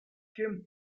kim